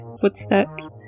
Footsteps